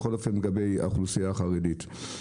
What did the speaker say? בכל אופן לגבי האוכלוסייה החרדית.